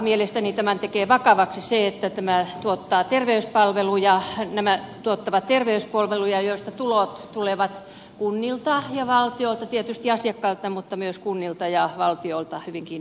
mielestäni tämän tekee vakavaksi se että nämä tuottavat terveyspalveluja joista tulot tulevat kunnilta ja valtiolta tietysti asiakkailta mutta myös kunnilta ja valtiolta hyvinkin vahvasti